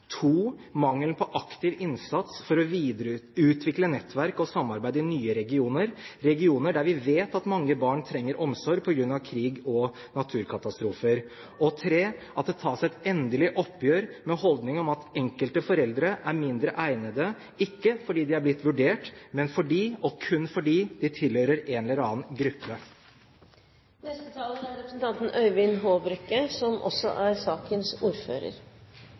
mangelen på aktiv innsats for å utvikle nettverk og samarbeid i nye regioner, regioner der vi vet at mange barn trenger omsorg på grunn av krig og naturkatastrofer at det tas et endelig oppgjør med holdningen om at enkelte foreldre er mindre egnet, ikke fordi de er blitt vurdert, men fordi, og kun fordi, de tilhører en eller annen gruppe Jeg tok egentlig ordet for å kommentere noe annet, men vil også